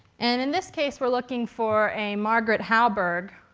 and in this case we're looking for a margaret halberg.